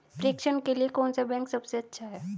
प्रेषण के लिए कौन सा बैंक सबसे अच्छा है?